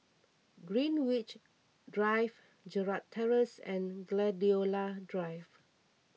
Greenwich Drive Gerald Terrace and Gladiola Drive